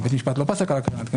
בית המשפט לא פסק על הקרן העדכנית,